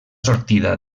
sortida